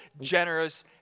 generous